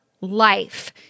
life